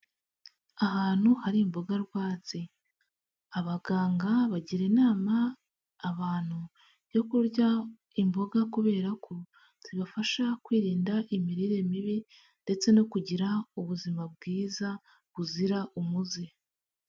Ahantu hari imboga rwatsi, abaganga bagira inama abantu yo kurya imboga kubera ko zibafasha kwirinda imirire mibi, ndetse no kugira ubuzima bwiza buzira umuze.